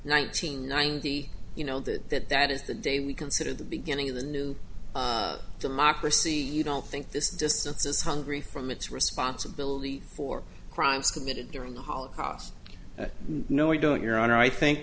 nineteen ninety you know that that is the day we consider the beginning of the new democracy you don't think this distance is hungry from its responsibility for crimes committed during the holocaust no i don't your honor i think